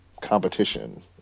competition